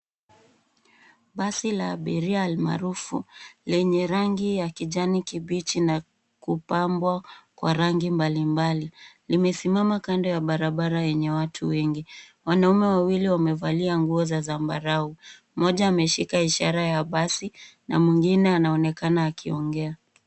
Basi la abiria almaarufu lenye rangi ya kijani kibichi na kupambwa kwa rangi mbali mbali limesimama kando ya barabara yenye watu wengi. Wanaume wawili wamevalia nguo za zambarau. Mmoja ameshika ishara ya basi na mwingine anaonekana akiongea.